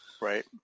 Right